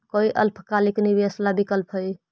कोई अल्पकालिक निवेश ला विकल्प हई?